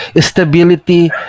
Stability